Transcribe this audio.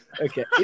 Okay